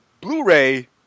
Blu-ray